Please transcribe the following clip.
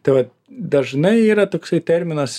tai vat dažnai yra toksai terminas